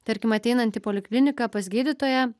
tarkim ateinant į polikliniką pas gydytoją